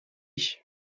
ich